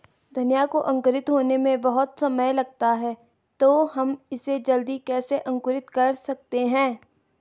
धनिया को अंकुरित होने में बहुत समय लगता है तो हम इसे जल्दी कैसे अंकुरित कर सकते हैं?